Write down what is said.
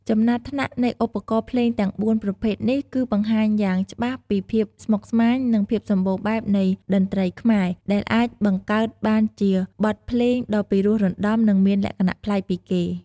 ចំណាត់ថ្នាក់នៃឧបករណ៍ភ្លេងទាំង ៤ ប្រភេទនេះ គឺបង្ហាញយ៉ាងច្បាស់ពីភាពស្មុគស្មាញ និងភាពសម្បូរបែបនៃតន្ត្រីខ្មែរ ដែលអាចបង្កើតបានជាបទភ្លេងដ៏ពីរោះរណ្តំ និងមានលក្ខណៈប្លែកពីគេ។